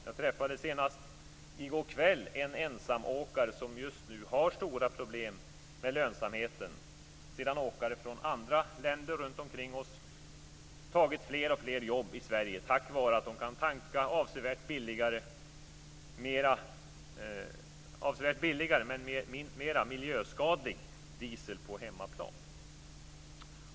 Jag träffade senast i går kväll en ensamåkare som just nu har stora problem med lönsamheten sedan åkare från andra länder runt omkring oss tagit fler och fler jobb i Sverige tack vare att de kan tanka avsevärt billigare men med mer miljöskadlig diesel på hemmaplan.